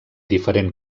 diferent